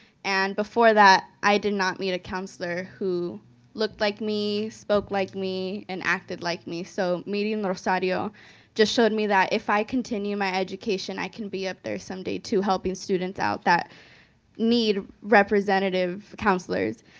and before that, i did not meet a counselor who looked like me, spoke like me, and acted like me. so, meeting rosario just showed me that if i continue my education, i can be up there some day too helping students out that need representative counselors.